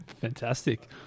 Fantastic